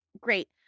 Great